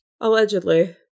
allegedly